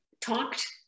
talked